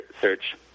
search